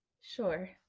sure